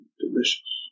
delicious